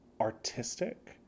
artistic